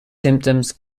symptoms